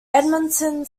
edmonton